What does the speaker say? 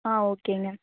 ஆ ஓகேங்க